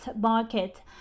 market